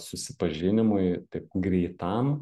susipažinimui taip greitam